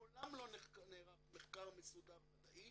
מעולם לא נערך מחקר מסודר מדעי